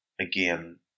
again